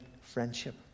friendship